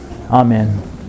Amen